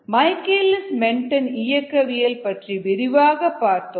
Michaelis Menten இயக்கவியல் பற்றி விரிவாக பார்த்தோம்